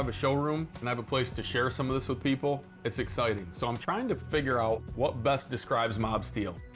um showroom, and i have a place to share some of this with people, it's exciting, so i'm trying to figure out what best describes mobsteel.